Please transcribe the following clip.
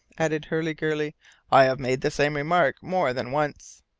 added hurliguerly i have made the same remark more than once.